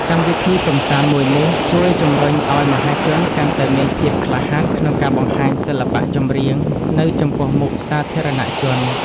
កម្មវិធីកម្សាន្តមួយនេះជួយជម្រុញឱ្យមហាជនកាន់តែមានភាពក្លាហានក្នុងការបង្ហាញសិល្បៈចម្រៀងនៅចំពោះមុខសាធារណជន។